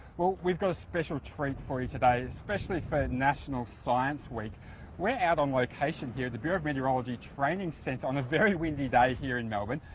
well, we've got a special treat for you today, especially for national science week we're out on location here at the bureau of meteorology training centre on a very windy day here in melbourne.